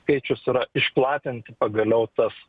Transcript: skaičius yra išplatinti pagaliau tas